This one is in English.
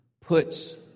puts